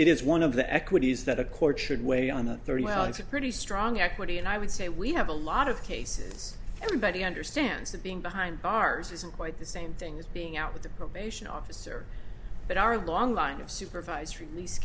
it is one of the equities that a court should weigh on a thirty well it's a pretty strong equity and i would say we have a lot of cases everybody understands that being behind bars isn't quite the same thing as being out with the probation officer but our long line of supervised release